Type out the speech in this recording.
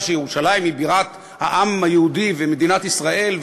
שירושלים היא בירת העם היהודי ומדינת ישראל,